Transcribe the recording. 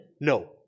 No